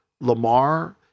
Lamar